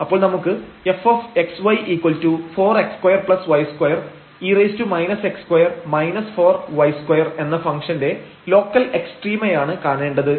അപ്പോൾ നമുക്ക് fxy4x2y2 e എന്ന ഫംഗ്ഷന്റെ ലോക്കൽ എക്സ്ട്രീമയാണ് കാണേണ്ടത്